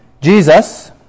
Jesus